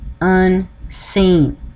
unseen